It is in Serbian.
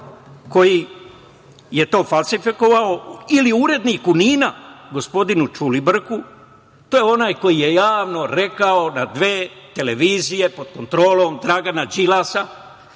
koji je to falsifikovao ili uredniku „NIN-a“, gospodinu Ćulibrku. To je onaj koji je javno rekao na dve televizije pod kontrolom Dragana Đilasa,